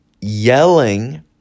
yelling